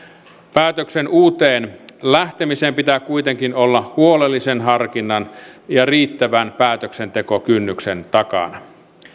päätöksen uuteen lähtemiseen pitää kuitenkin olla huolellisen harkinnan ja riittävän päätöksentekokynnyksen takana